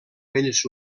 bells